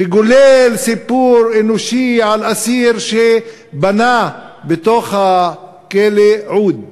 ומגולל סיפור אנושי על אסיר שבנה בתוך הכלא עוּד,